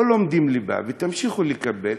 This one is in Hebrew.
לא לומדים ליבה ותמשיכו לקבל.